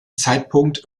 zeitpunkt